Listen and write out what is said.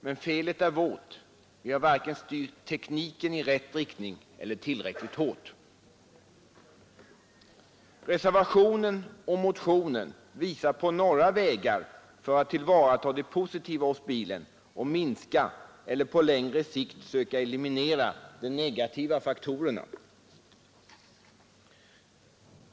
Men felet är vårt. Vi har varken styrt tekniken i rätt riktning eller tillräckligt hårt. Reservationen och motionen visar på några vägar för att tillvarata det positiva hos bilen och minska eller på längre sikt söka eliminera de negativa faktorerna.